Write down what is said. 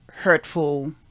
hurtful